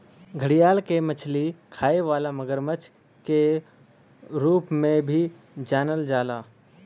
घड़ियाल के मछली खाए वाला मगरमच्छ के रूप में भी जानल जाला